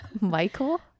Michael